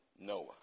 Noah